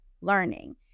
learning